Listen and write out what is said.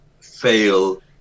fail